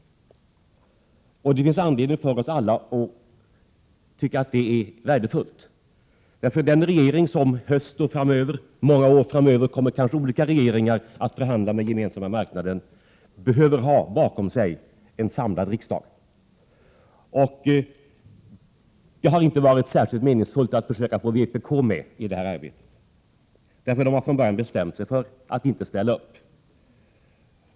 Det finns anledning för oss alla att tycka att det är värdefullt. Den eller kanske de olika regeringar som under många år framöver kommer att förhandla med Gemensamma marknaden behöver ha en samlad riksdag bakom sig. Det har inte varit särskilt meningfullt att försöka få med vpk i detta arbete. Vpk har från början bestämt sig för att inte ställa upp.